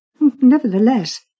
Nevertheless